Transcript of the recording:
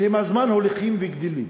שעם הזמן הולכים וגדלים.